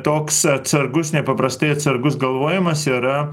toks atsargus nepaprastai atsargus galvojimas yra